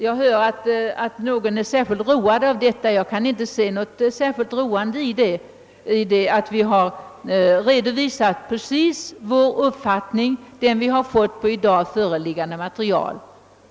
Jag hör att någon är särskilt road av detta. Jag kan inte se något särskilt roande i att vi har redovisat precis den uppfattning vi har fått på grund av i dag föreliggande material.